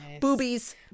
Boobies